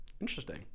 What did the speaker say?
Interesting